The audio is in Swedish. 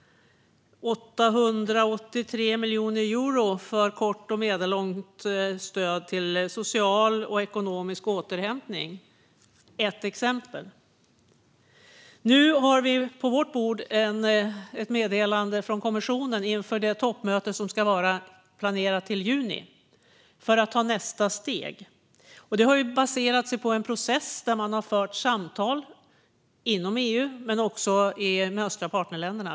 883 miljoner euro för kort och medellångt stöd till social och ekonomisk återhämtning är ett exempel. Nu har vi på vårt bord ett meddelande från kommissionen inför det toppmöte som är planerat i juni - för att ta nästa steg. Det är baserat på en process där man har fört samtal inom EU men också med de östra partnerländerna.